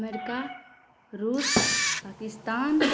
America Russia Pakistan